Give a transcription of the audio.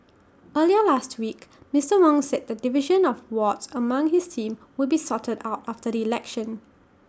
earlier last week Mister Wong said the division of wards among his team will be sorted out after the election